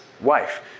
wife